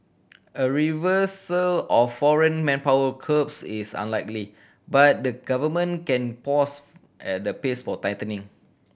a reversal of foreign manpower curbs is unlikely but the Government can pause at the pace for tightening